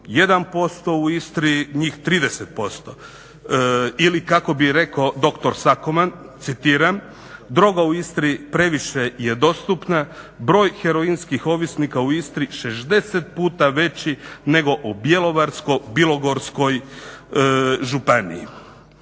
1%, u Istri njih 30%. Ili kako bi rekao doktor Sakoman, citiram: "Droga u Istri previše je dostupna. Broj heroinskih ovisnika u Istri 60% veći nego u Bjelovarsko-bilogorskoj županiji."